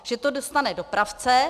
Že to dostane dopravce.